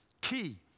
key